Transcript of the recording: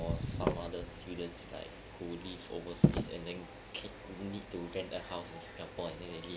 for some other students like who live overseas and then ca~ need to get their house in singapore and then they need